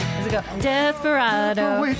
Desperado